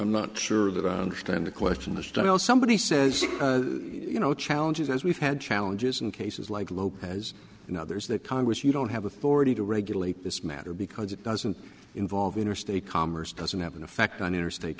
i'm not sure that i understand the question the style somebody says you know challenges as we've had challenges in cases like lopez and others the congress you don't have authority to regulate this matter because it doesn't involve interstate commerce doesn't have an effect on interstate